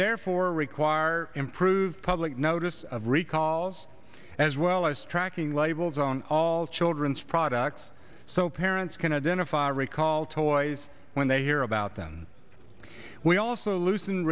therefore require improved public notice of recalls as well as tracking labels on all children's products so parents can identify recalled toys when they hear about them we also lo